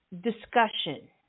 discussion